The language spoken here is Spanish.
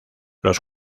los